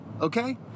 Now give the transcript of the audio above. okay